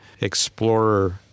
explorer